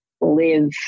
live